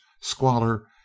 squalor